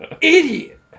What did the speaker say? Idiot